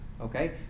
Okay